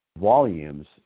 volumes